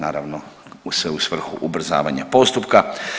Naravno sve u svrhu ubrzavanja postupka.